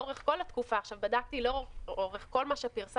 לאורך כל התקופה עכשיו בדקתי לאורך כל מה שפרסמנו,